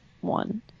one